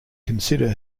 consider